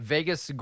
Vegas